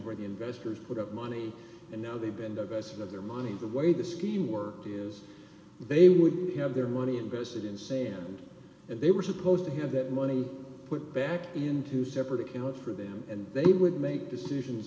where the investors put up money and now they've been the best of their money the way the scheme worked is they would have their money invested in sand and they were supposed to have that money put back into separate account for them and they would make decisions